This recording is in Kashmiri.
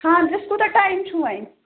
خانٛدرَس کوٗتاہ ٹایِم چھُو وۅنۍ